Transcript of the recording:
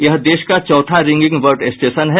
यह देश का चौथा रिंगंग बर्ड स्टेशन है